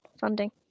funding